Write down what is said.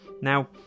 now